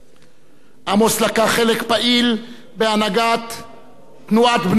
עמוס לקח חלק פעיל בהנהגת תנועת בני המושבים,